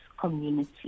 community